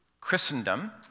Christendom